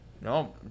No